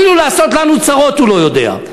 אפילו לעשות לנו צרות הוא לא יודע.